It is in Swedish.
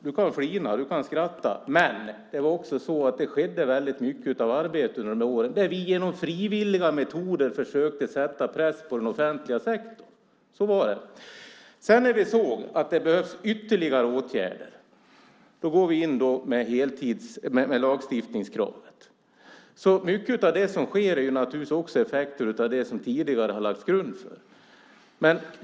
Du kan flina och skratta åt det här om du vill. Men det skedde väldigt mycket av arbete under de åren. Vi försökte med frivilliga metoder sätta press på den offentliga sektorn. Det behövs ytterligare åtgärder. Därför går vi in med lagstiftningskravet. Mycket av det som sker är effekter av som man tidigare lagt grund för.